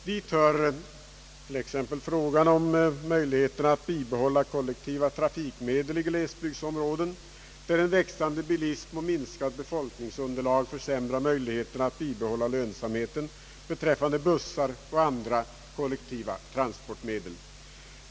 Dit hör frågan om möjligheterna att bibehålla kollektiva trafikmedel i glesbygdsområden, där en växande bilism och minskat befolkningsunderlag försämrar möjligheterna att med lönsamhet driva bussföretag och andra företag för kollektiv transport.